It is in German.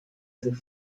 sich